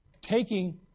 taking